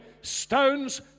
stones